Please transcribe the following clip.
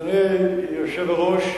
אדוני היושב-ראש,